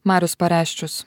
marius pareščius